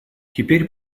теперь